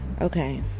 Okay